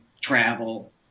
travel